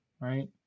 right